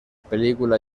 película